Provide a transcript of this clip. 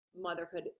motherhood